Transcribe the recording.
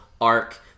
arc